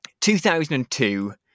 2002